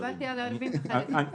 דיברתי על ערבים וחרדים.